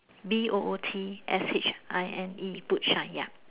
B O O T S H I N E boot shine ya